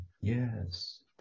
Yes